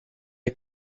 est